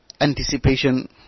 anticipation